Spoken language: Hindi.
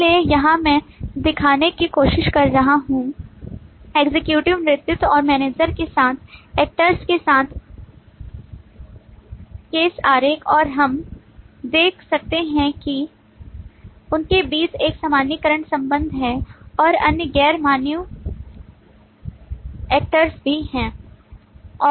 इसलिए यहाँ मैं दिखाने की कोशिश कर रहा हूँ एग्ज़ेक्यूटिव नेतृत्व और मैनेजर के साथ एक्टर्स के साथ केस केस आरेख और हम देख सकते हैं कि उनके बीच एक सामान्यीकरण संबंध है और अन्य गैर मानवीय एक्टर्स भी हैं